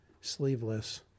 sleeveless